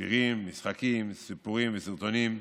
משחקים, סיפורים וסרטונים,